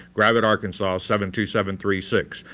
gravette arkansas seven, two, seven, three, six.